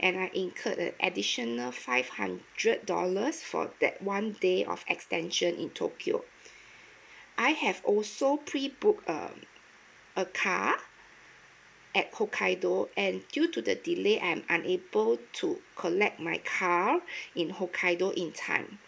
and I incurred an additional five hundred dollars for that one day of extension in tokyo I have also pre booked err a car at hokkaido and due to the delay I'm unable to collect my car in hokkaido in time